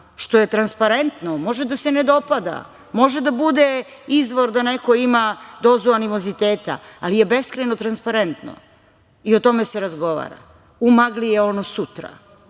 što je transparentno, može da se ne dopada, može da bude izvor da neko ima dozu animoziteta, ali je beskrajno transparentno i o tome se razgovara. U magli je ono sutra,